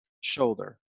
shoulder